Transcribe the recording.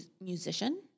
musician